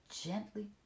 gently